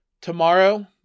tomorrow